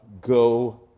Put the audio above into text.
Go